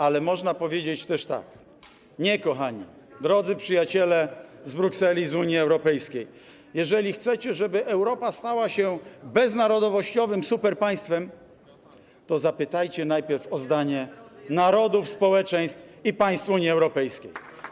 Ale można powiedzieć też tak: nie, kochani, drodzy przyjaciele z Brukseli, z Unii Europejskiej, jeżeli chcecie, żeby Europa stała się beznarodowościowym superpaństwem, to zapytajcie najpierw o zdanie narody, społeczeństwa i państwa Unii Europejskiej.